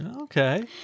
Okay